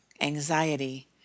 anxiety